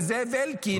לזאב אלקין.